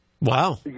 Wow